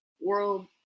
world